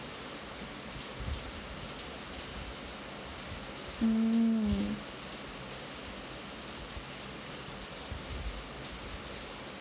mm